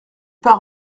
part